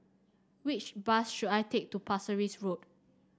which bus should I take to Pasir Ris Road